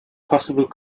possible